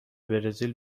برزیل